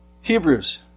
Hebrews